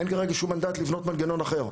אין כרגע שום מנדט לבנות מנגנון אחר.